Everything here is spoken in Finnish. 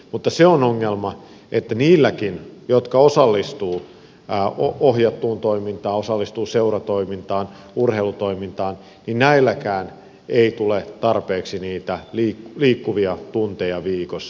mutta se on ongelma että niilläkään jotka osallistuvat ohjattuun toimintaan osallistuvat seuratoimintaan ja urheilutoimintaan ei tule tarpeeksi niitä liikkuvia tunteja viikossa